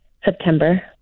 September